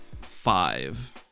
five